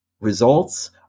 results